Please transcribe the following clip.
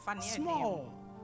Small